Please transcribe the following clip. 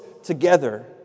together